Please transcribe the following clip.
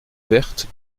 verte